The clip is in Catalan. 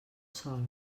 sol